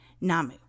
Namu